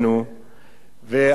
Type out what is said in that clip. כשנולד התינוק,